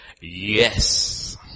Yes